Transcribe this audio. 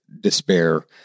despair